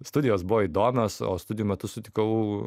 studijos buvo įdomios o studijų metu sutikau